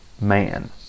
man